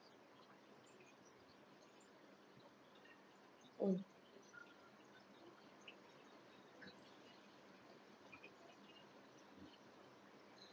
mm